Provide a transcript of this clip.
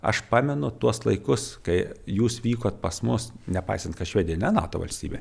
aš pamenu tuos laikus kai jūs vykot pas mus nepaisant kad švedija ne nato valstybė